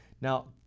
Now